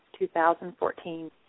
2014